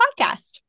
podcast